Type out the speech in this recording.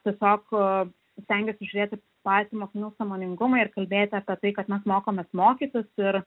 tiesiog stengiuosi žiūrėti patį mokinių sąmoningumą ir kalbėti apie tai kad mes mokomės mokytis ir